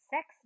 Sex